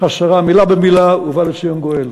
השרה מילה במילה, ובא לציון גואל.